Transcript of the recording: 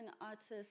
artists